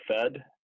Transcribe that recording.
fed